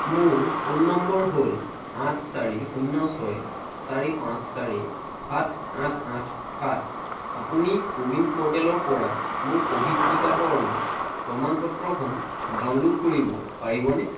মোৰ phone number হ'ল আঠ চাৰি শূন্য ছয় চাৰি পাঁচ চাৰি সাত আঠ আঠ সাত আপুনি কোৱিন প'ৰ্টেলৰ পৰা মোৰ ক'ভিড টীকাকৰণৰ প্ৰমাণ পত্ৰখন ডাউনল'ড কৰিব পাৰিবনে